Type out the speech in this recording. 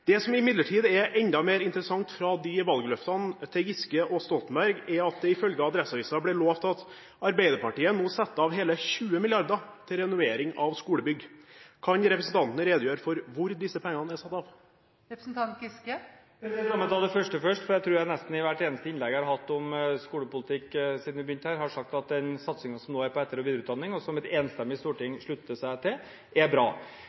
Det som imidlertid er enda mer interessant i valgløftene til Giske og Stoltenberg, er at det ifølge Adresseavisen ble lovet at Arbeiderpartiet skulle sette av hele 20 mrd. kr til renovering av skolebygg. Kan representanten redegjøre for hvor disse pengene er satt av? La meg ta det første først, for jeg tror at jeg nesten i hvert eneste innlegg jeg har hatt om skolepolitikk siden vi begynte her, har sagt at den satsingen som nå er på etter- og videreutdanning, og som et enstemmig storting slutter seg til, er bra.